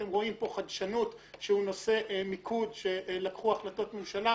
אתם רואים פה חדשנות שהוא נושא מיקוד שקיבלו עליו החלטות ממשלה.